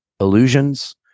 illusions